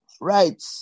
Right